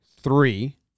three